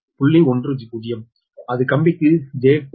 10 அது கம்பிக்கு j0